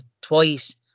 twice